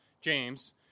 James